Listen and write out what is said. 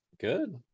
good